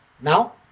Now